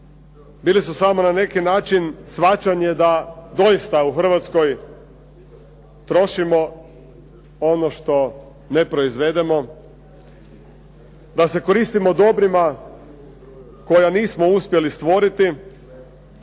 bili su samo na neki način shvaćanje da doista u Hrvatskoj trošimo ono što ne proizvedemo, da se koristimo dobrima koja nismo uspjeli stvoriti